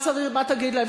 מה תגיד להם?